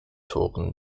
toren